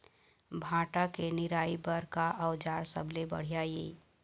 भांटा के निराई बर का औजार सबले बढ़िया ये?